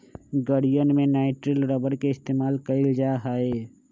गड़ीयन में nitrile rubber के इस्तेमाल कइल जा हई